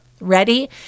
Ready